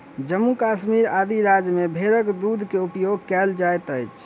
जम्मू कश्मीर आदि राज्य में भेड़क दूध के उपयोग कयल जाइत अछि